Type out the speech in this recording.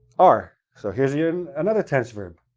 are. so here's yeah and another tense verb.